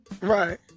Right